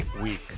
week